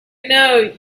know